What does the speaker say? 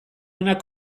onak